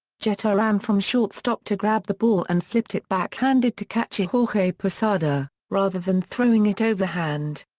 jeter ran from shortstop to grab the ball and flipped it backhanded to catcher jorge posada, rather than throwing it overhand.